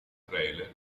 trailer